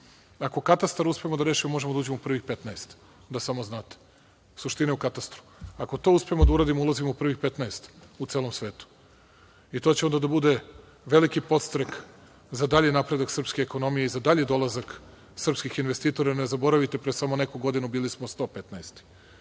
Ako katastar uspemo da rešimo, možemo da uđemo u prvih 15, da samo znate. Suština je u katastru. Ako to uspemo da uradimo ulazimo u prvih 15 u celom svetu. I, to će onda da bude veliki podstrek za dalji napredak srpske ekonomije i za dalji dolazak srpskih investitora. Ne zaboravite, pre samo neku godinu bilo smo 115.